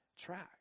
track